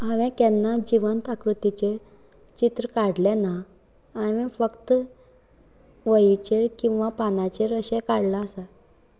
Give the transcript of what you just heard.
हांवें केन्नाच जिवंत आकृतीचे चित्र काडलेना हांवें फक्त वहेचेर किंवा पानाचेर अशें काडलां आसा